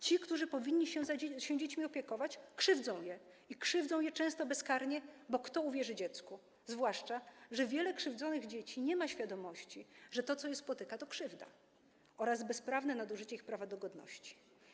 Ci, którzy powinni się dziećmi opiekować, krzywdzą je i krzywdzą je często bezkarnie, bo kto uwierzy dziecku, zwłaszcza że wiele krzywdzonych dzieci nie ma świadomości, że to, co je spotyka, to krzywda oraz bezprawne nadużycie ich prawa do godności.